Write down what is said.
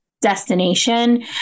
destination